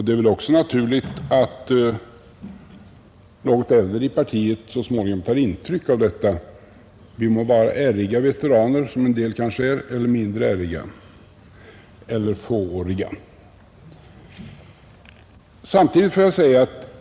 Det är väl också naturligt att något äldre i partiet så småningom tar intryck av detta, vi må vara ärriga veteraner, som en del kanske är, eller fååriga och mindre ärriga.